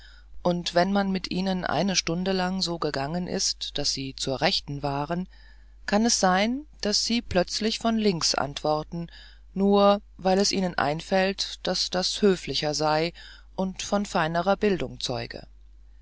und wenn man mit ihnen eine stunde lang so gegangen ist daß sie zur rechten waren kann es geschehen daß sie plötzlich von links antworten nur weil es ihnen einfällt daß das höflicher sei und von feinerer bildung zeuge